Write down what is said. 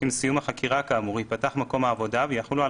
עם סיום החקירה כאמור ייפתח מקום העבודה ויחולו על